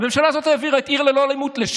את עיר ללא אלימות, הממשלה הזאת.